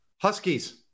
Huskies